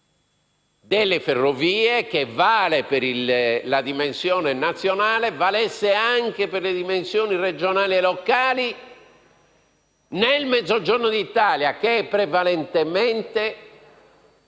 tale organo, che vale per la dimensione nazionale, valesse anche per le dimensioni regionali e locali del Mezzogiorno d'Italia, dove prevalentemente